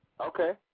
Okay